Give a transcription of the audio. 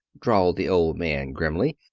drawled the old man grimly.